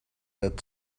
that